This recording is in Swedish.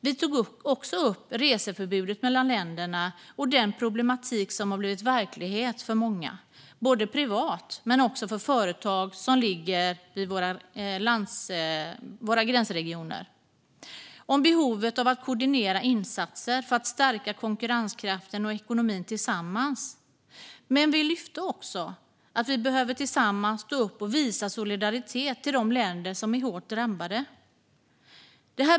Vi tog även upp reseförbudet mellan länderna och den problematik som har blivit verklighet för många, både privat och för företag som ligger i våra gränsregioner. Vi tog upp behovet av att koordinera insatser för att stärka konkurrenskraften och ekonomin tillsammans. Men vi lyfte också upp att länderna tillsammans behöver stå upp och visa solidaritet med de länder som är hårt drabbade.